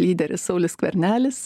lyderis saulius skvernelis